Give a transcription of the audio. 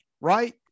right